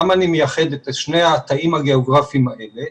למה אני מייחד את שני התאים הגיאוגרפיים האלה?